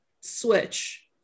switch